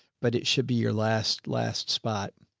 but it should be your last, last spot.